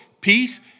peace